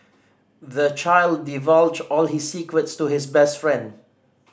the child divulged all his secrets to his best friend